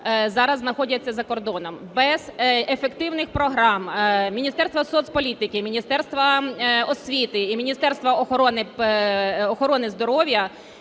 зараз знаходяться за кордоном. Без ефективних програм, Міністерства соцполітики, і Міністерства освіти, і Міністерства охорони здоров'я,